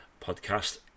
podcast